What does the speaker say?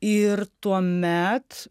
ir tuomet